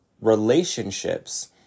relationships